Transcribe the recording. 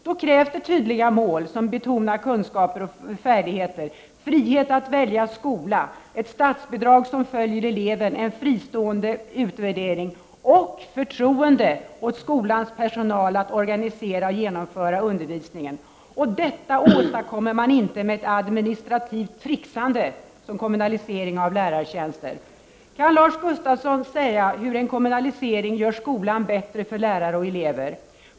Då krävs tydliga mål som betonar kunskaper och färdigheter, frihet att välja skola, ett statsbidrag som följer eleven, en fristående utvärdering och förtroende för att skolans personal kan organisera och genomföra undervisningen. Detta åstadkommer man inte med administrativt tricksande som exempelvis kommunalisering av lärartjänster. Kan Lars Gustafsson säga att en kommunalisering av lärartjänsterna gör skolan bättre för lärare och elever?